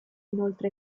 inoltre